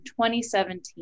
2017